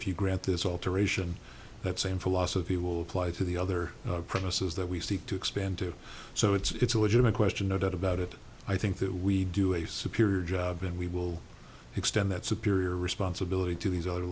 if you grant this alteration that same philosophy will apply to the other premises that we seek to expand to so it's a legitimate question no doubt about it i think that we do a superior job and we will extend that's a period of responsibility to these other